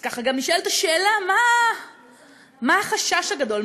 אז ככה גם נשאלת השאלה: מה החשש הגדול?